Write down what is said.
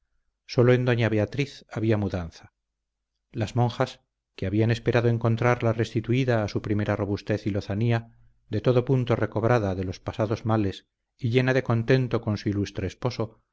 sólo en doña beatriz había mudanza las monjas que habían esperado encontrarla restituida a su primera robustez y lozanía de todo punto recobrada de los pasados males y llena de contento con su ilustre esposo